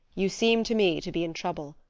you seem to me to be in trouble.